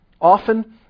often